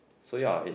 so ya it